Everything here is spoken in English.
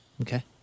Okay